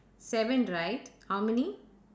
seven right how many